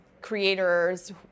creators